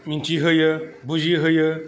मिथिहोयो बुजि हायो